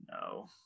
No